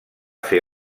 fer